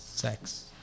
sex